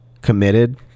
committed